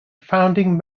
founding